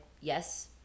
yes